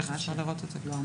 איך אפשר לראות את זה?